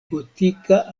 gotika